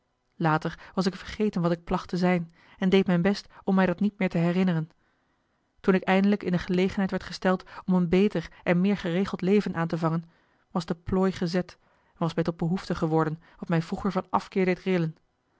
later was ik vergeten wat ik placht te zijn en deed mijn best om mij dat niet meer te herinneren toen ik eindelijk in de gelegenheid werd gesteld om een beter en meer geregeld leven aan te vangen was de plooi gezet en was mij tot behoefte geworden wat mij vroeger van afkeer deed rillen